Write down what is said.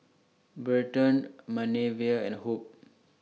Berton Manervia and Hope